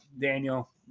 daniel